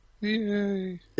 Yay